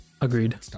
Agreed